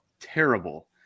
terrible